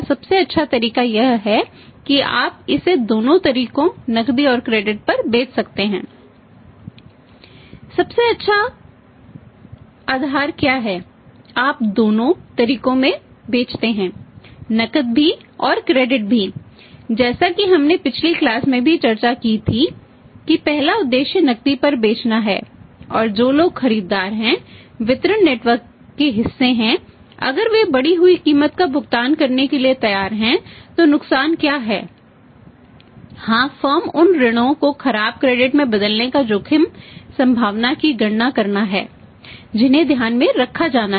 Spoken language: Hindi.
सबसे अच्छा आधार क्या है आप दोनों तरीके में बेचते हैं नकद भी और क्रेडिट में बदलने की जोखिम संभावना की गणना करना है जिन्हें ध्यान में रखा जाना है